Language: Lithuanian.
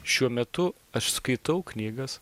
šiuo metu aš skaitau knygas